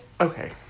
okay